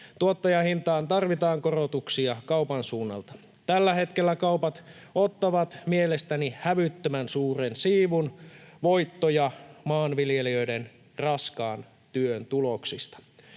Tuottajahintaan tarvitaan korotuksia kaupan suunnalta. Tällä hetkellä kaupat ottavat mielestäni hävyttömän suuren siivun voittoja maanviljelijöiden raskaan työn tuloksista.